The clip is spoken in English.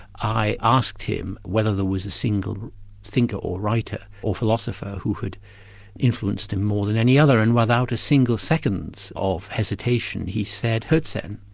i asked him whether there was a single thinker or writer or philosopher who had influenced him more than any other, and without a single second of hesitation, he said herzen.